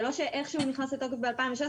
זה לא שאיך שהוא נכנס לתוקף ב-2016,